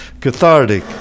cathartic